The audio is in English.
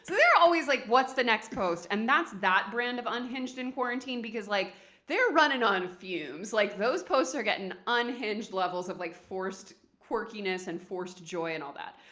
they're always like, what's the next post? and that's that brand of unhinged in quarantine, because like they're running on fumes. like those posts are getting unhinged levels of like forced quirkiness and forced joy and all that.